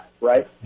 right